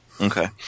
Okay